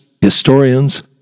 historians